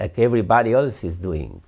everybody else is doing